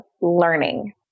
learning